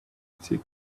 coptic